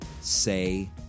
say